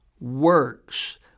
works